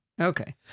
Okay